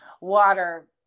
water